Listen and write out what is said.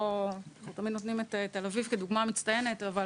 תמיד נותנים את תל-אביב כדוגמה מצטיינת אבל